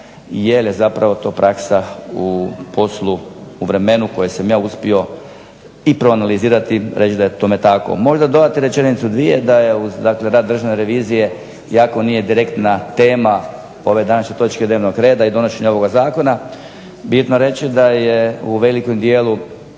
jer zapravo to praksa u poslu u vremenu koji sam ja uspio i proanalizirati reći da je tome tako. Možda dodati rečenicu dvije da je uz rad Državne revizije iako nije direktna tema ove današnje točke dnevnog reda i donošenja ovog zakona bitno reći da je u velikom dijelu